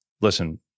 listen